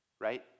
right